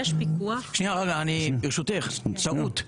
טעות,